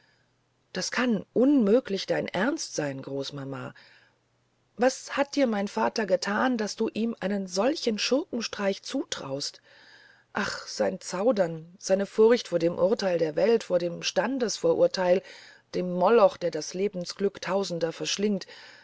das kann unmöglich dein ernst sein großmama was hat dir mein vater gethan daß du ihm einen solchen schurkenstreich zutraust ach sein zaudern seine furcht vor dem urteil der welt vor dem standesvorurteil dem moloch der das lebensglück tausender verschlingt